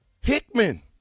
Hickman